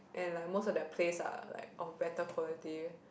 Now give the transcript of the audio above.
and like most of their place are like of better quality